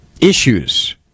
issues